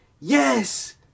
yes